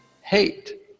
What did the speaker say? hate